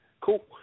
cool